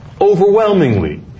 overwhelmingly